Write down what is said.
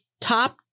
top